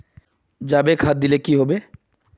जाबे खाद दिले की होबे?